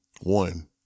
one